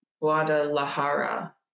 Guadalajara